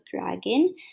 dragon